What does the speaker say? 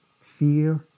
Fear